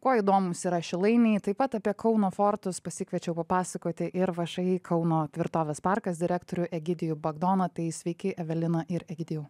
kuo įdomūs yra šilainiai taip pat apie kauno fortus pasikviečiau papasakoti ir všį kauno tvirtovės parkas direktorių egidijų bagdoną tai sveiki evelina ir egidijau